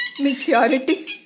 Maturity